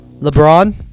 LeBron